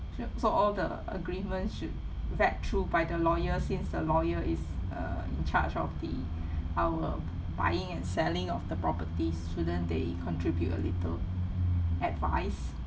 so all the agreements should read through by the lawyer since the lawyer is uh in charge of the our buying and selling of the properties shouldn't they contribute a little advice